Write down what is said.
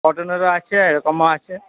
কটনেরও আছে এরকমও আছে